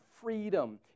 freedom